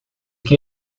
que